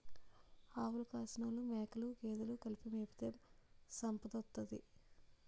ఆవులు కాసినోలు మేకలు గేదెలు కలిపి మేపితే సంపదోత్తది